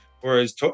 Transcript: whereas